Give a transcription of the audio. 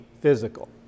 physical